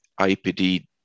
IPD